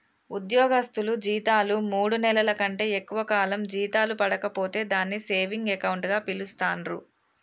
ఉద్యోగస్తులు జీతాలు మూడు నెలల కంటే ఎక్కువ కాలం జీతాలు పడక పోతే దాన్ని సేవింగ్ అకౌంట్ గా పిలుస్తాండ్రు